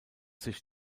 sich